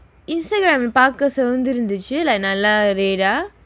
Instagram lah பாக்க செவந்திருந்திச்சி:paakka sevanthirunthichchi like நல்லா:nallaa red ah